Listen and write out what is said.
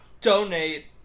donate